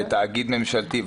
תאגיד ממשלתי.